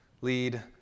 lead